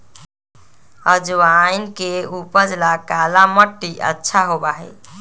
अजवाइन के उपज ला काला मट्टी अच्छा होबा हई